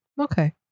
Okay